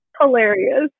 Hilarious